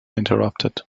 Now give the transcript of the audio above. interrupted